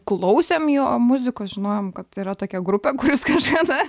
klausėm jo muzikos žinojom kad yra tokia grupė kur jis kažkada